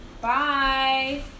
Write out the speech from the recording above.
Bye